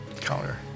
counter